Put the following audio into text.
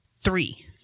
three